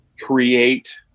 create